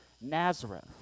Nazareth